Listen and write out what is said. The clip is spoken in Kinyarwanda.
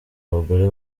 abagore